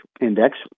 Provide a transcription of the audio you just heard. Index